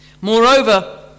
Moreover